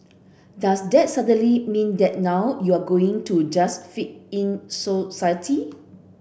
does that suddenly mean that now you're going to just fit in society